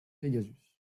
pegasus